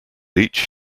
each